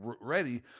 ready